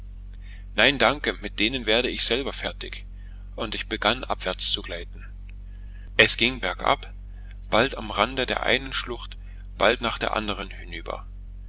nein danke mit denen werde ich selber fertig und ich begann abwärts zu gleiten es ging bergab bald am rande der einen schlucht bald nach der andern hinüber